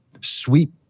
sweep